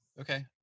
Okay